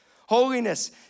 Holiness